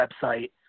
website